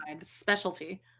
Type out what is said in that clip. Specialty